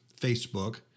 Facebook